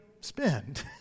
spend